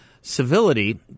civility